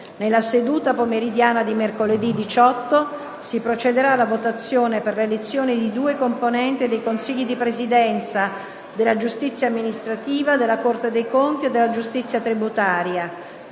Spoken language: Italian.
Nella seduta pomeridiana di mercoledì 18 si procederà alla votazione per l'elezione di due componenti dei Consigli di Presidenza della giustizia amministrativa, della Corte dei conti e della giustizia tributaria.